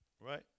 Right